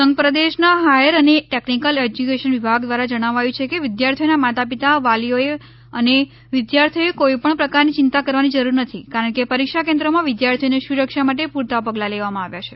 સંઘપ્રદેશના higher અને technical education વિભાગ દ્વારા જણાવાયું છે કે વિદ્યાર્થીઓના માતા પિતા વાલીઓએ અને વિદ્યાર્થીઓએ કોઈપણ પ્રકારની ચિંતા કરવાની જરૂરિયાત નથી કારણ કે પરીક્ષા કેન્દ્રોમાં વિદ્યાર્થીઓની સુરક્ષા માટે પૂરતા પગલાં લેવામાં આવ્યા છે